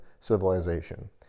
civilization